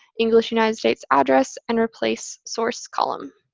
english united states address, and replace source column.